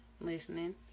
listening